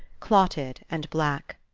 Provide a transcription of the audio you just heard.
clotted and black.